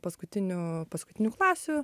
paskutinių paskutinių klasių